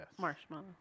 Marshmallow